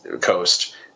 coast